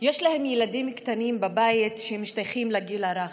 יש ילדים קטנים בבית שמשתייכים לגיל הרך,